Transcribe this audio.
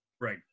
Right